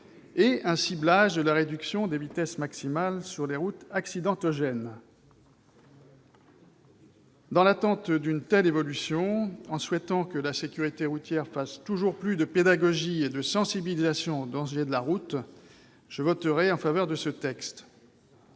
et un ciblage de la limitation des vitesses maximales sur les routes accidentogènes. Dans l'attente d'une telle évolution, en souhaitant que la sécurité routière fasse toujours plus de pédagogie et de sensibilisation aux dangers de la route, je voterai en faveur de ce texte.